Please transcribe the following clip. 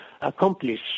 accomplish